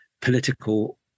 political